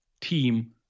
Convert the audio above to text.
team